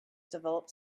developed